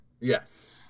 Yes